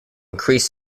increase